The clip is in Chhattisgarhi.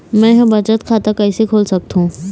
मै ह बचत खाता कइसे खोल सकथों?